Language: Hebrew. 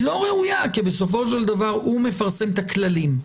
לא ראויה כי בסופו של דבר הוא מפרסם את הכללים.